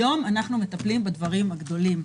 היום אנחנו מטפלים בדברים הגדולים,